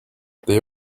they